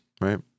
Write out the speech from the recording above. right